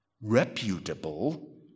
reputable